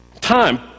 time